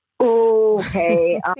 Okay